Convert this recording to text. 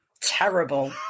Terrible